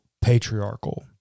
patriarchal